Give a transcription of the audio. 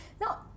now